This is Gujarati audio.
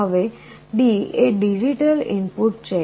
હવે D એ ડિજિટલ ઇનપુટ છે